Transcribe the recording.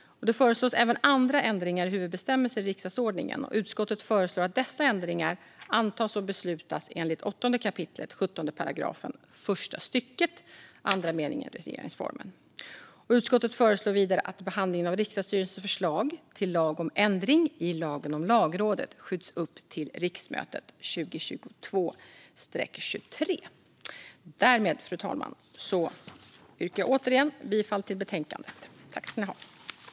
Det föreslås även andra ändringar i huvudbestämmelser i riksdagsordningen, och utskottet föreslår att dessa ändringar antas och beslutas enligt 8 kap. 17 § första stycket andra meningen regeringsformen. Utskottet föreslår vidare att behandlingen av riksdagsstyrelsens förslag till lag om ändring i lagen om Lagrådet skjuts upp till riksmötet 2022/23. Därmed, fru talman, yrkar jag återigen bifall till förslaget i betänkandet. 2019 års riks-dagsöversyn